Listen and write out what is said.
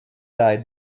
died